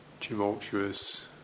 tumultuous